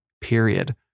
period